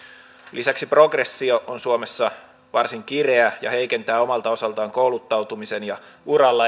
lisäksi progressio on suomessa varsin kireä ja heikentää omalta osaltaan kouluttautumisen ja uralla